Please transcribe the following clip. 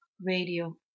radio